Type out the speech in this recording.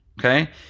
okay